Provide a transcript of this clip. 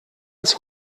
als